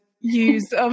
use